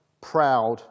proud